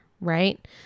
Right